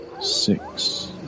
Six